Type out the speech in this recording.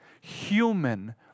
human